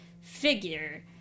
figure